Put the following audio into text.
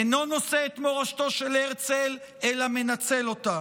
אינו נושא את מורשתו של הרצל, אלא מנצל אותה.